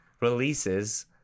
releases